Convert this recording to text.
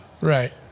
Right